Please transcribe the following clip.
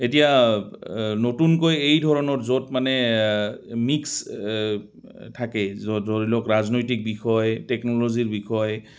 এতিয়া নতুনকৈ এই ধৰণৰ য'ত মানে মিক্স থাকে য'ত ধৰি লওক ৰাজনৈতিক বিষয় টেকন'ল'জিৰ বিষয়